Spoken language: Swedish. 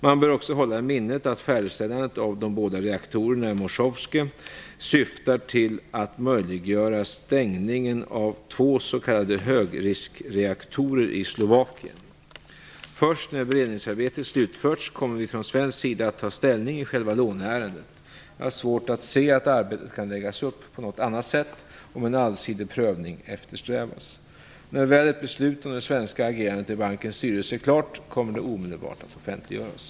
Man bör också hålla i minnet att färdigställandet av de båda reaktorerna i Mochovce syftar till att möjliggöra stängning av två s.k. högriskreaktorer i Slovakien. Först när beredningsarbetet slutförts kommer vi från svensk sida att ta ställning i själva låneärendet. Jag har svårt att se att arbetet kan läggas upp på något annat sätt om en allsidig prövning eftersträvas. När väl ett beslut om det svenska agerandet i bankens styrelse är klart, kommer det omedelbart att offentliggöras.